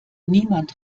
niemand